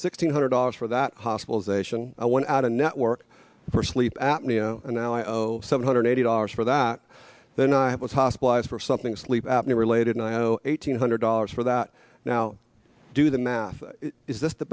six hundred dollars for that hospitalization i went out of network for sleep apnea and now i owe seven hundred eighty dollars for that then i was hospitalized for something sleep apnea related and i owe eight hundred dollars for that now do the math is this the